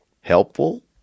helpful